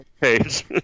page